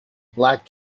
black